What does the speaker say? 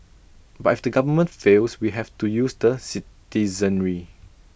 but if the government fails we have to use the citizenry